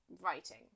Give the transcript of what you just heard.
writing